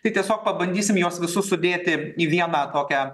tai tiesiog pabandysim juos visus sudėti į vieną tokią